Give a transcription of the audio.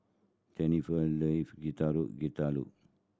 Jenifer love Getuk Getuk